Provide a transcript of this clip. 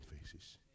faces